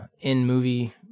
in-movie